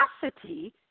capacity